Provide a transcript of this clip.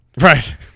Right